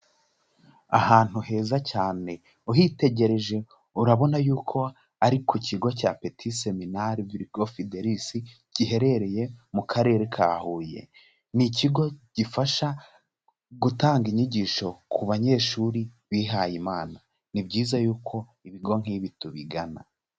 Ahantu heza cyane uhitegereje urabona yuko ari ku kigo cya Petit Seminaire Virgo Fidelis, giherereye mu Karere ka Huye. Ni ikigo gifasha gutanga inyigisho ku banyeshuri bihaye Imana, ni byiza yuko ibigo nk'ibi tubigana.